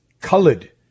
colored